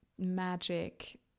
magic